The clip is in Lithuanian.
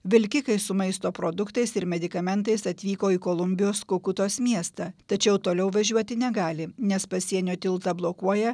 vilkikai su maisto produktais ir medikamentais atvyko į kolumbijos kaukutos miestą tačiau toliau važiuoti negali nes pasienio tiltą blokuoja